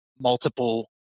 multiple